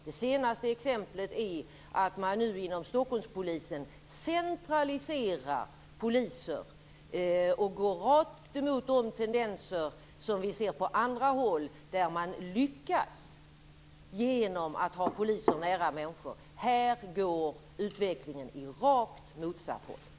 Det senaste exemplet är att man nu inom Stockholmspolisen centraliserar poliser och går rakt emot de tendenser som vi ser på andra håll. Där lyckas man genom att ha poliser nära människor. Här går utvecklingen åt rakt motsatt håll.